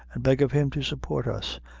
and beg of him to support us,